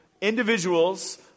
individuals